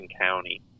County